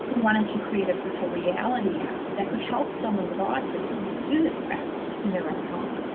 wanted to create a virtual reality app that could help someone with autism do this practice in their own home.